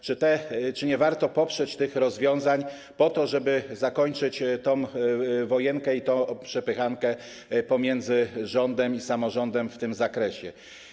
Czy nie warto poprzeć tych rozwiązań po to, żeby zakończyć tę wojenkę i tę przepychankę pomiędzy rządem a samorządem w tym zakresie?